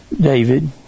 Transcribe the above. David